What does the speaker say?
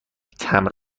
تمبر